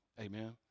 Amen